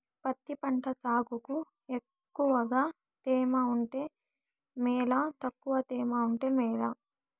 పత్తి పంట సాగుకు ఎక్కువగా తేమ ఉంటే మేలా తక్కువ తేమ ఉంటే మేలా?